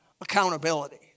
accountability